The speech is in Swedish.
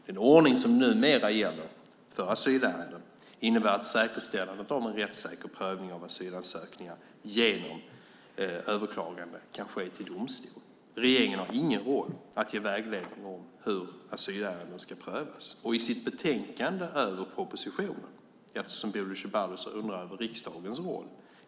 Den ordning som numera gäller för asylärenden innebär att säkerställandet av en rättssäker prövning av asylansökningar genom överklaganden kan ske till domstol. Regeringen har inte rollen att ge vägledning om hur asylärenden ska prövas. Bodil Ceballos undrar över riksdagens roll.